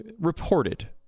reported